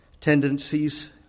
tendencies